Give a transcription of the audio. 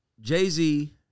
Jay-Z